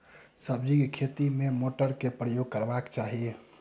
सब्जी केँ खेती मे केँ मोटर केँ प्रयोग करबाक चाहि?